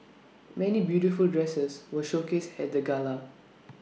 many beautiful dresses were showcased at the gala